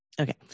Okay